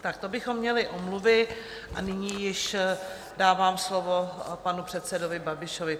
Tak to bychom měli omluvy a nyní již dávám slovo panu předsedovi Babišovi.